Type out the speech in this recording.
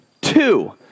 Two